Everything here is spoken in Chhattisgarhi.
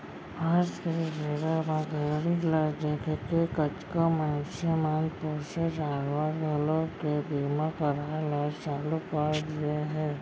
आज के बेरा घड़ी ल देखके कतको मनसे मन पोसे जानवर घलोक के बीमा कराय ल चालू कर दिये हें